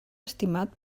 estimat